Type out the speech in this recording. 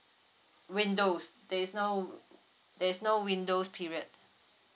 windows there's no there's no windows period